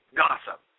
gossip